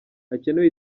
hakenewe